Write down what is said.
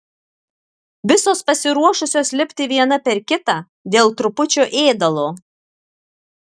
visos pasiruošusios lipti viena per kitą dėl trupučio ėdalo